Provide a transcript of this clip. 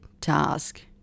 task